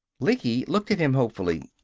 lecky looked at him hopefully.